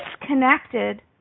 disconnected